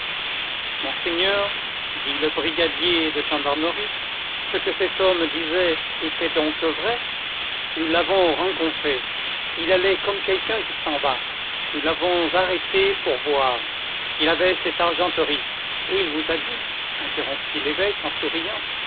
monseigneur dit le brigadier de gendarmerie ce que cet homme disait était donc vrai nous l'avons rencontré il allait comme quelqu'un qui s'en va nous l'avons arrêté pour voir il avait cette argenterie et il vous a dit interrompit l'évêque en souriant